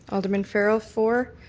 alderman farrell, four,